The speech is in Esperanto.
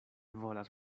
volas